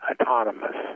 autonomous